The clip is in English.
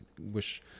wish